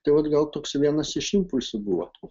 tai vat gal toks vienas iš impulsų buvo